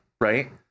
right